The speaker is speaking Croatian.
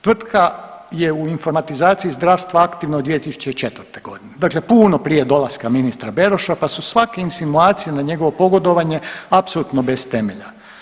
Tvrtka je u informatizaciji zdravstva aktivna od 2004. godine, dakle puno prije dolaska ministra Beroša pa su svake insinuacije na njegovo pogodovanje apsolutno bez temelja.